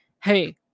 hey